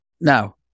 Now